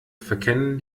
verkennen